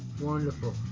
wonderful